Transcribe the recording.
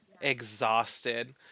exhausted